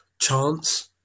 chance